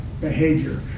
behavior